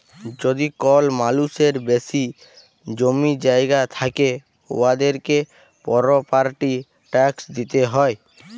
যদি কল মালুসের বেশি জমি জায়গা থ্যাকে উয়াদেরকে পরপার্টি ট্যাকস দিতে হ্যয়